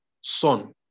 son